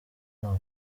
bwari